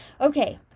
okay